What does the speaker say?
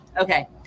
okay